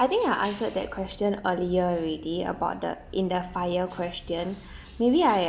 I think I answered that question earlier already about the in the FIRE question maybe I